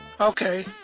Okay